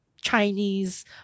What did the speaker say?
Chinese